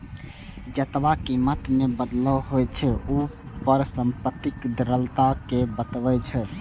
जेतबा कीमत मे बदलाव होइ छै, ऊ परिसंपत्तिक तरलता कें बतबै छै